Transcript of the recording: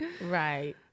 Right